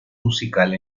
musical